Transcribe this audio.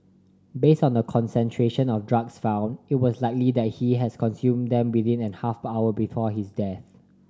based on the concentration of drugs found it was likely that he has consumed them within an half hour before his death